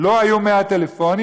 "לא היו 100 טלפונים,